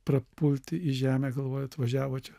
prapulti į žemę galvoju atvažiavo čia